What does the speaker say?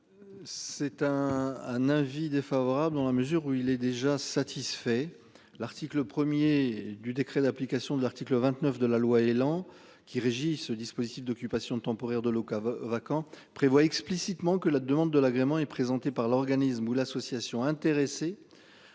C'est un, un avis défavorable dans la mesure où il est déjà satisfait l'article 1er du décret d'application de l'article 29 de la loi Elan qui régit ce dispositif d'occupation temporaire de local vacant prévoit explicitement que la demande de l'agrément et présenté par l'organisme ou l'association intéressé